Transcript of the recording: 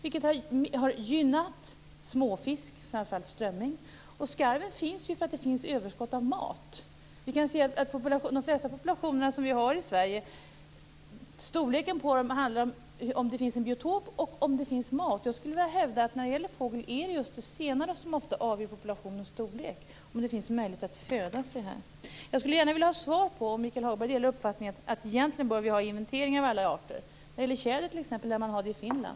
Det har gynnat småfisk, framför allt strömming. Skarven finns ju där det finns överskott av mat. Storleken på de flesta populationer som vi har i Sverige beror på om det finns en biotop och om det finns mat. Jag vill hävda att när det gäller fågel är det just det senare som ofta avgör populationens storlek. Det handlar alltså om huruvida det finns en möjlighet att föda sig här. Jag skulle gärna vilja ha svar på om Michael Hagberg delar uppfattningen att vi egentligen bör ha inventeringar av alla arter. När det gäller tjäder, lär man t.ex. ha det i Finland.